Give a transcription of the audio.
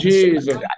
Jesus